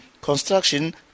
construction